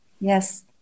Yes